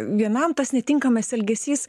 vienam tas netinkamas elgesys